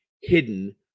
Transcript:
hidden